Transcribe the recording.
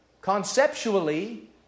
Conceptually